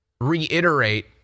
reiterate